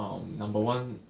um number one